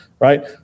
right